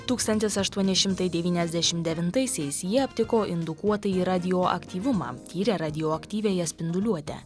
tūkstantis aštuoni šimtai devyniasdešimt devintaisiais jie aptiko indukuotąjį radioaktyvumą tyrė radioaktyviąją spinduliuotę